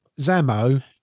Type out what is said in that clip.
Zamo